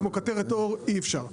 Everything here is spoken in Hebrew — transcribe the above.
כמו קטרת עור אי אפשר מצטער,